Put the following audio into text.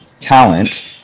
talent